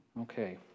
Okay